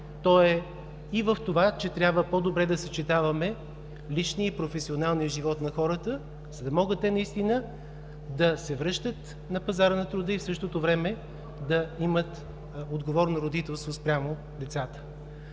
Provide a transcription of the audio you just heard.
то е и в това, че трябва по-добре да съчетаваме личния и професионалния живот на хората, за да могат те наистина да се връщат на пазара на труда и в същото време да имат отговорно родителство спрямо децата.